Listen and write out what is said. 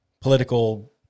political